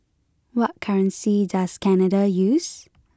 what currency does Canada use